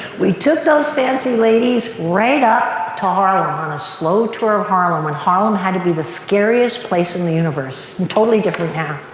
we took those fancy ladies right up to harlem on a slow tour of harlem when harlem had to be the scariest place in the universe. totally different now.